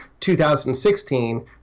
2016